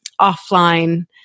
offline